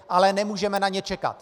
Ale nemůžeme na ně čekat.